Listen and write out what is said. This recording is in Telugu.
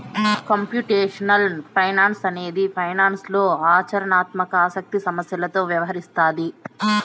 కంప్యూటేషనల్ ఫైనాన్స్ అనేది ఫైనాన్స్లో ఆచరణాత్మక ఆసక్తి సమస్యలతో వ్యవహరిస్తాది